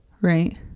right